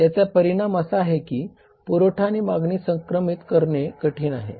याचा परिणाम असा आहे की पुरवठा आणि मागणी समक्रमित करणे कठीण आहे